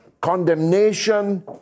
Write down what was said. condemnation